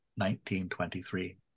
1923